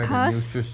curse